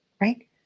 right